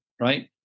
right